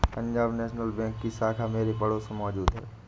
Punjab National Bank की शाखा मेरे पड़ोस में मौजूद है